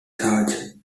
charge